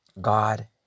God